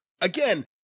Again